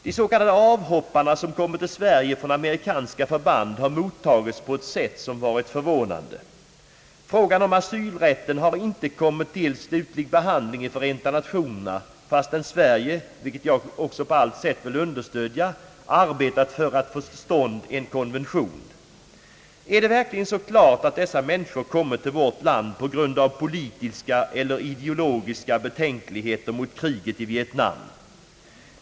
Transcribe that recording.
De s.k. avhopparna som kommit till Sverige från amerikanska förband har mottagits på ett sätt som varit förvånande. Frågan om asylrätten har inte slutligen behandlats i Förenta Nationerna, fastän Sverige — vilket jag på allt sätt vill understödja — arbetat för att få till stånd en konvention. Är det verkligen så klart att dessa människor kommit till vårt land på grund av politiska "eller ideologiska betänkligheter mot kriget i Vietnam?